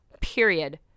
period